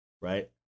right